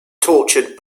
tortured